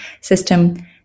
system